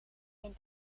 heen